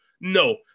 No